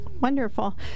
Wonderful